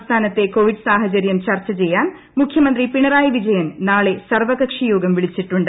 സംസ്ഥാനത്തെ കോവിഡ് സാഹചര്യം ചർച്ചചെയ്യാൻ മുഖ്യമന്ത്രി പിണറായി വിജയൻ നാളെ സർവകക്ഷി യോഗം വിളിച്ചിട്ടുണ്ട്